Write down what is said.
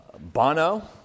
Bono